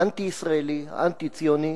האנטי-ישראלי, האנטי-ציוני,